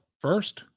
first